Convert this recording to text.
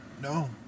No